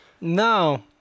No